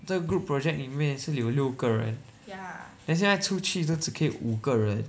这 group project 里面是有六个人 then 现在出去就只可以五个人